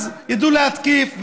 אז ידעו להתקיף.